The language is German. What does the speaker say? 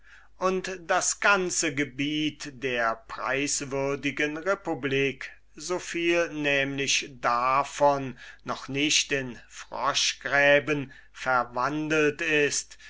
und das ganze gebiet der preiswürdigen republik so viel nämlich davon noch nicht in froschgräben verwandelt ist